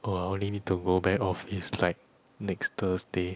oh I only need to go back office like next thursday